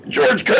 George